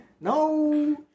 No